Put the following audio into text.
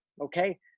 Okay